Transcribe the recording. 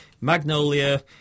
magnolia